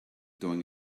doing